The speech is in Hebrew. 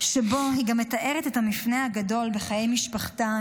שבו היא גם מתארת את המפנה הגדול בחיי משפחתה,